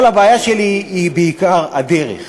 אבל הבעיה שלי היא בעיקר הדרך,